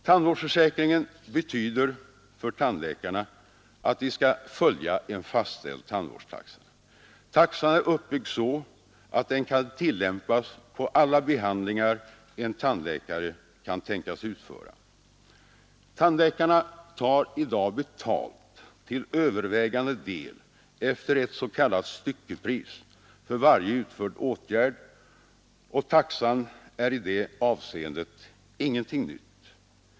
Tandvårdsförsäkringen betyder för tandläkarna att de skall följa en fastställd tandvårdstaxa. Taxan är uppbyggd så att den kan tillämpas på alla behandlingar en tandläkare kan tänkas utföra. Tandläkarna tar i dag betalt till övervägande del efter ett s.k. styckepris för varje utförd åtgärd och taxan är i det avseendet ingenting nytt.